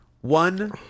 one